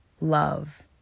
love